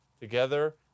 Together